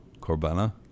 Corbana